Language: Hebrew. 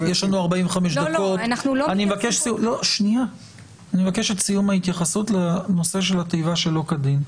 אני מבקש את סיום ההתייחסות לנושא התיבה "שלא כדין".